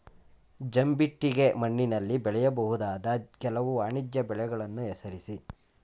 ಜಂಬಿಟ್ಟಿಗೆ ಮಣ್ಣಿನಲ್ಲಿ ಬೆಳೆಯಬಹುದಾದ ಕೆಲವು ವಾಣಿಜ್ಯ ಬೆಳೆಗಳನ್ನು ಹೆಸರಿಸಿ?